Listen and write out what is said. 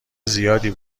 زیادی